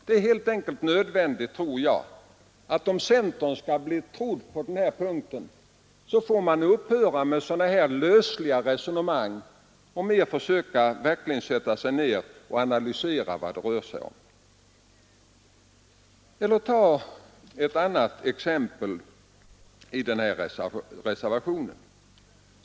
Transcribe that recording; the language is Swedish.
Om centern skall bli trodd är det helt enkelt nödvändigt att centern upphör med sådana här lösliga resonemang och i stället försöker analysera vad det rör sig om. Jag hämtar ett annat exempel ur reservationen 1.